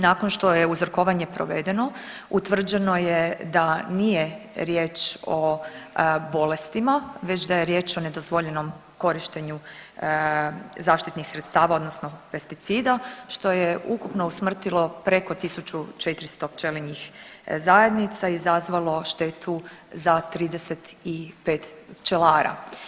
Nakon što je uzrokovanje provedeno utvrđeno je da nije riječ o bolestima, već da je riječ o nedozvoljenom korištenju zaštitnih sredstava odnosno pesticida što je ukupno usmrtilo preko 1400 pčelinjih zajednica i izazvalo štetu za 35 pčelara.